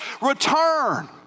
return